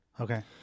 Okay